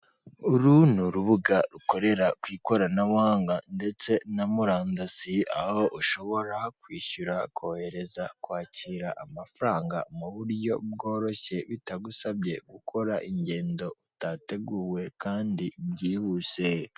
Uru ni urubuga rukorera ku ikoranabuhanga ndetse na murandasi, aho ushobora kwishyura, kohereza, kwakira amafaranga mu buryo bworoshye bitagusabye gukora ingendo utateguwe kandi byihuse.